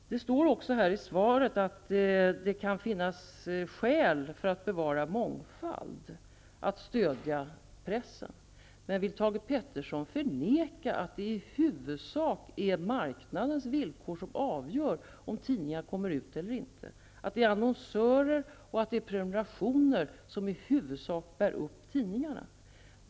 Det står också i svaret att ett skäl att stödja pressen kan vara att bevara mångfalden. Vill Thage G Peterson förneka att det i huvudsak är marknadens villkor som avgör om tidningar kommer ut eller inte? Vill han förneka att det är annonsörer och prenumerationer som i huvudsak bär upp tidningarna?